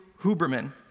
Huberman